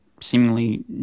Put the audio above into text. seemingly